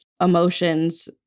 emotions